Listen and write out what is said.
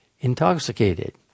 intoxicated